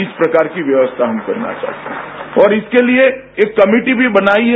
इस प्रकार की व्यवस्था हम करना चाहते है और इसके लिए एक कमेटी भी बनाई है